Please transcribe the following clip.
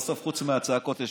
סמי אבו שחאדה, אני